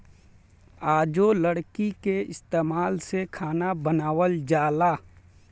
आजो लकड़ी के इस्तमाल से खाना बनावल जाला